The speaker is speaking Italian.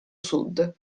sud